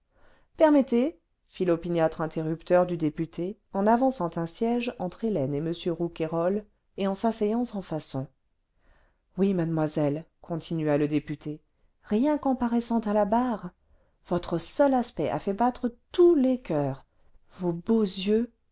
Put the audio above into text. permettez fit l'opiniâtre interrupteur du député en avançant un siège entre hélène et m rouquayrol et en s'asseyant sans façon oui mademoiselle continua le député rien qu'en paraissant à la barre votre seul aspect a fait battre tous les coeurs vos beaux yeux